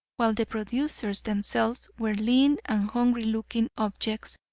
while the producers themselves were lean and hungry looking objects,